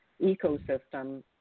ecosystem